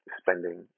spending